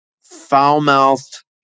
foul-mouthed